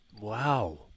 Wow